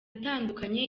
itandukanye